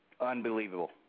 Unbelievable